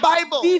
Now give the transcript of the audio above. Bible